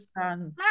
son